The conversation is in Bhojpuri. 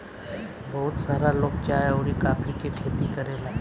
बहुत सारा लोग चाय अउरी कॉफ़ी के खेती करेला